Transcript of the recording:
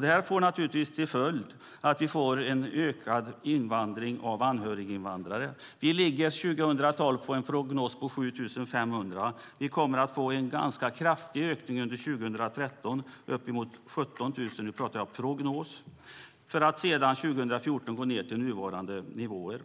Det får naturligtvis till följd att vi får en ökning av anhöriginvandrare. Vi ligger för 2012 på en prognos på 7 500. Vi kommer att få en ganska kraftig ökning under 2013, uppemot 17 000 - nu talar jag om prognoser - för att 2014 gå ned till nuvarande nivåer.